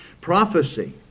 Prophecy